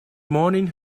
morning